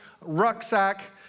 rucksack